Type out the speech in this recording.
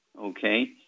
okay